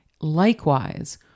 Likewise